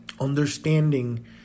understanding